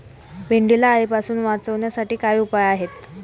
भेंडीला अळीपासून वाचवण्यासाठी काय उपाय आहे?